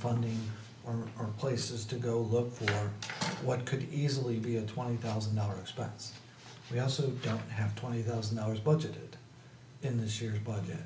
funding or places to go look for what could easily be a twenty thousand dollars but we also don't have twenty thousand dollars budgeted in this year's budget